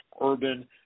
urban